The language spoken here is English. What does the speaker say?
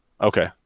Okay